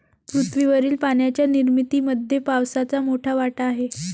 पृथ्वीवरील पाण्याच्या निर्मितीमध्ये पावसाचा मोठा वाटा आहे